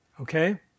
okay